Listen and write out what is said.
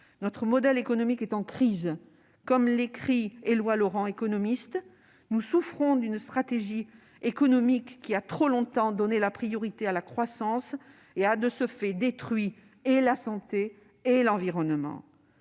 Notre modèle économique est en crise. Comme l'écrit l'économiste Éloi Laurent, nous souffrons « d'une stratégie économique qui a trop longtemps donné la priorité à la croissance, et a de ce fait détruit et la santé, et l'environnement